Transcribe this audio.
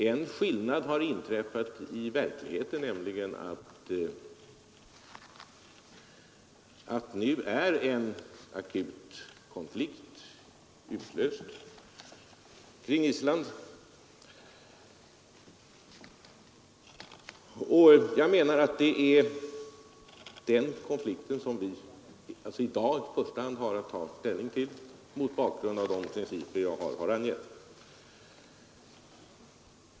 En skillnad har inträffat i verkligheten, nämligen att det nu har utlösts en akut konflikt kring Island. Jag anser att det är den konflikten som vi i dag i första hand har att ta ställning till mot bakgrund av de principer jag har angett.